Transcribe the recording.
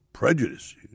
prejudice